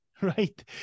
right